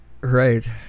Right